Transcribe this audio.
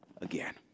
again